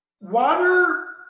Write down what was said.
Water